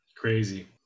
Crazy